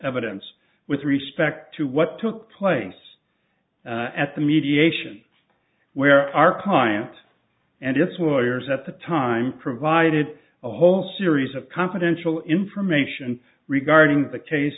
evidence with respect to what took place at the mediation where our client and its warriors at the time provided a whole series of confidential information regarding the case